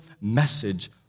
message